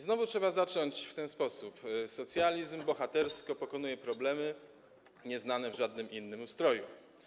Znowu trzeba zacząć w ten sposób: socjalizm bohatersko pokonuje problemy nieznane w żadnym innym ustroju.